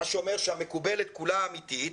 מה שאומר שהמקובלת כולה אמיתית,